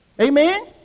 Amen